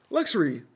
Luxury